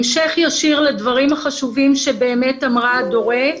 המשך ישיר לדברים החשובים שבאמת אמרה אדורה.